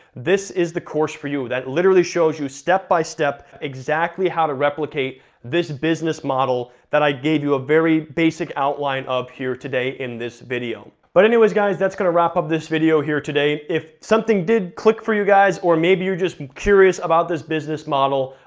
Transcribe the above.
this is the course for you, that literally shows you step by step exactly how to replicate this business model that i gave you a very basic outline of here today in this video. but anyways guys, that's gonna wrap up this video here today, if something did click for you guys, or maybe you're just curious about this business model,